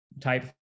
type